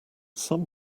some